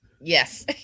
Yes